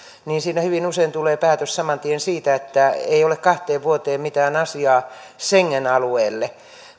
siinä hyvin usein tulee päätös saman tien siitä että ei ole kahteen vuoteen mitään asiaa schengen alueelle